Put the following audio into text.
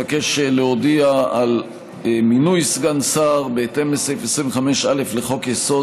אני מבקש להודיע על מינוי סגן שר: בהתאם לסעיף 25(א) לחוק-יסוד: